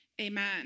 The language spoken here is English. amen